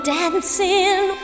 dancing